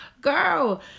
Girl